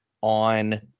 on